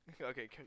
okay